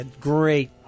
great